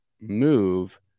move